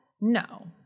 no